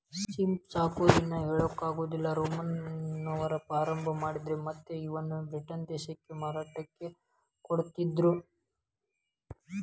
ಸಿಂಪಿ ಸಾಕೋದನ್ನ ಹಳೇಕಾಲ್ದಾಗ ರೋಮನ್ನರ ಪ್ರಾರಂಭ ಮಾಡಿದ್ರ ಮತ್ತ್ ಇವನ್ನ ಬ್ರಿಟನ್ ದೇಶಕ್ಕ ಮಾರಾಟಕ್ಕ ಕೊಡ್ತಿದ್ರು